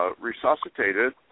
resuscitated